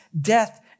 death